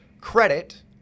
credit